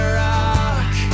rock